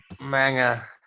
Manga